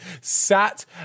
sat